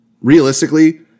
Realistically